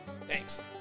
Thanks